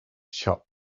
shop